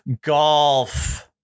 Golf